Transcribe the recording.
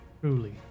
truly